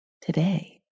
today